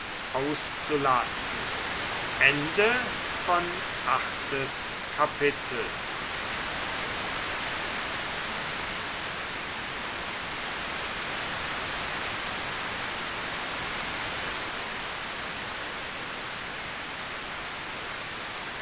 ist achtes kapitel